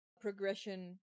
progression